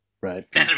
right